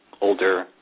older